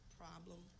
problem